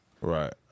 Right